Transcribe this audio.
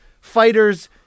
fighters